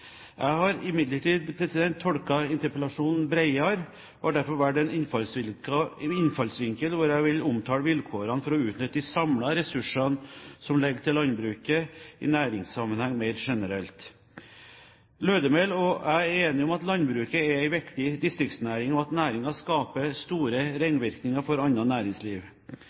Jeg har imidlertid tolket interpellasjonen bredere og har derfor valgt en innfallsvinkel hvor jeg vil omtale vilkårene for å utnytte de samlede ressursene som ligger til landbruket, i næringssammenheng mer generelt. Lødemel og jeg er enige om at landbruket er en viktig distriktsnæring, og at næringen skaper store ringvirkninger for annet næringsliv.